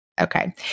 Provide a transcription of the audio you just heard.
Okay